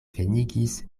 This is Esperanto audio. venigis